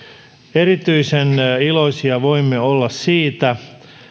erityisen iloisia voimme olla siitä